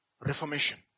reformation